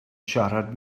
siarad